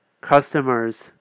customers